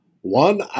One